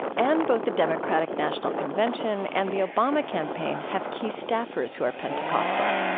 and both the democratic national convention and the obama campaign have key staffers who are pentecostal.